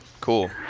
Cool